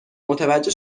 متوجه